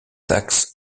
sachs